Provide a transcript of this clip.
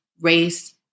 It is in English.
race